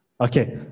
Okay